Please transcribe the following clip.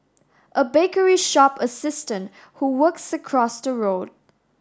a bakery shop assistant who works across the road